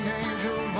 angel